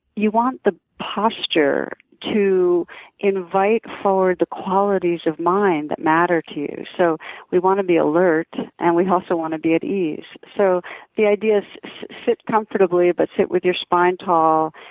you want the posture to invite forward the qualities of mind that matter to you so we want to be alert and we also want to be at ease. so the idea is sit comfortably but sit with your spine tall.